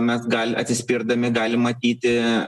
mes gal atsispirdami galim matyti